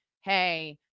hey